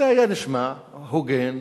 זה היה נשמע הוגן,